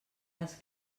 les